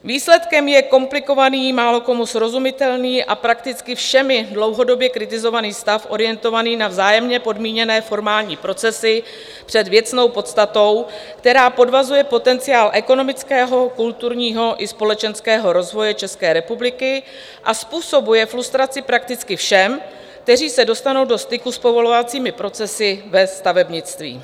Výsledkem je komplikovaný, málokomu srozumitelný a prakticky všemi dlouhodobě kritizovaný stav orientovaný na vzájemně podmíněné formální procesy před věcnou podstatou, která podvazuje potenciál ekonomického, kulturního i společenského rozvoje České republiky a způsobuje frustraci prakticky všem, kteří se dostanou do styku s povolovacími procesy ve stavebnictví.